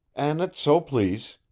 an it so please.